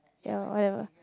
ya whatever